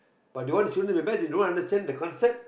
but they want their children to be best they don't understand the concept